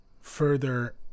further